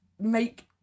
make